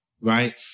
Right